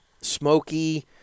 smoky